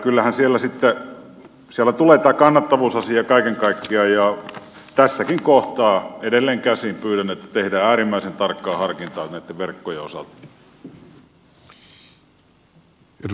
kyllähän siellä sitten tulee tämä kannattavuusasia kaiken kaikkiaan ja tässäkin kohtaa edelleenkäsin pyydän että tehdään äärimmäisen tarkkaa harkintaa näitten verkkojen osalta